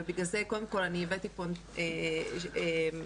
ובגלל זה קודם כול אני הבאתי פה את העקומה